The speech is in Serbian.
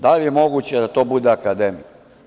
Da li je moguće da to bude akademik?